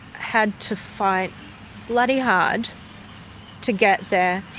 had to fight bloody hard to get there.